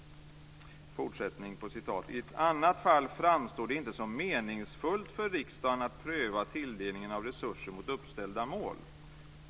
Sedan fortsätter man: "I annat fall framstår det inte som meningsfullt för riksdagen att pröva tilldelningen av resurser mot uppställda mål."